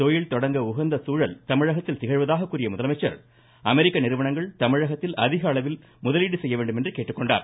தொழில் தொடங்க உகந்த சூழல் தமிழகத்தில் திகழ்வதாக கூறிய முதலமைச்சர் அமெரிக்க நிறுவனங்கள் தமிழகத்தில் அதிகளவில் முதலீடு செய்ய வேண்டும் என கேட்டுக்கொண்டார்